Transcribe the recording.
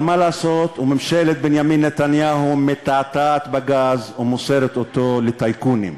אבל מה לעשות שממשלת בנימין נתניהו מתעתעת בגז ומוסרת אותו לטייקונים,